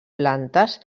plantes